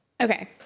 okay